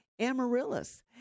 amaryllis